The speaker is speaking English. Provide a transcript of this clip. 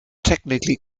technically